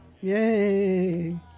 Yay